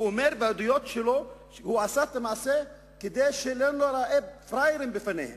הוא אומר שהוא עשה את המעשה כדי שלא ניראה פראיירים בפניהם.